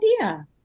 idea